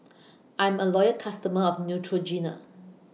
I'm A Loyal customer of Neutrogena